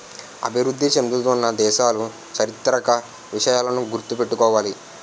అభివృద్ధి చెందుతున్న దేశాలు చారిత్రక విషయాలను గుర్తు పెట్టుకోవాలి